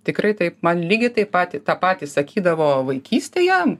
tikrai taip man lygiai taip pat tą patį sakydavo vaikystėje